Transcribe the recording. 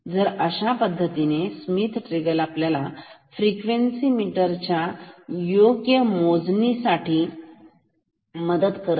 तर अशा पद्धतीने स्मिथ ट्रिगर आपल्याला फ्रिक्वेन्सी मीटर च्या योग्य मोजणीसाठी मदत करतो